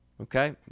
Okay